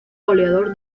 goleador